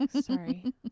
Sorry